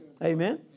Amen